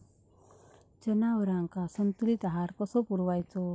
जनावरांका संतुलित आहार कसो पुरवायचो?